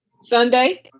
Sunday